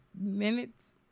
minutes